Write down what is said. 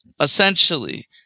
essentially